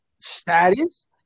status